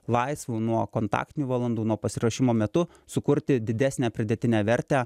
laisvu nuo kontaktinių valandų nuo pasiruošimo metu sukurti didesnę pridėtinę vertę